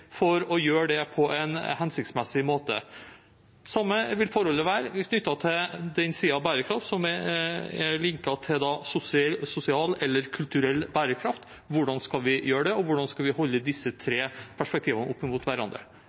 for å gjøre det på en hensiktsmessig måte. Det samme gjelder for den siden av bærekraft som er knyttet til sosial eller kulturell bærekraft. Hvordan skal vi gjøre det, og hvordan skal vi holde disse tre perspektivene opp mot hverandre?